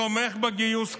תומך בגיוס כללי,